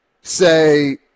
say